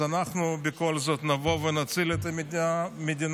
אז אנחנו בכל זאת נבוא ונציל את המדינה,